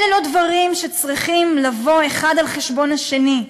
אלה לא דברים שצריכים לבוא אחד על חשבון השני.